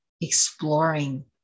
exploring